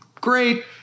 Great